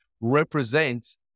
represents